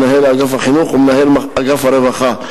מנהל אגף החינוך ומנהל אגף הרווחה.